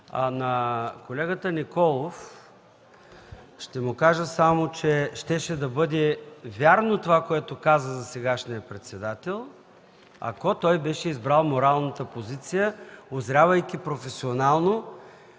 На колегата Николов ще му кажа само, че щеше да бъде вярно това, което казва за сегашния председател, ако той беше избрал моралната позиция, узрявайки професионално,